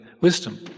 wisdom